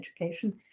education